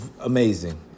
amazing